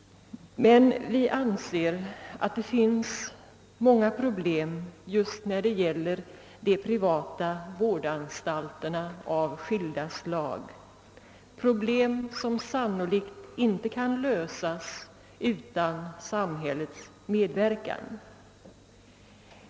Vi anser dock att det när det gäller de olika formerna av privata vårdanstalter finns många problem, som san nolikt inte kan lösas utan samhällets medverkan.